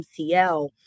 MCL